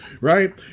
right